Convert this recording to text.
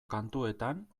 kantuetan